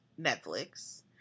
Netflix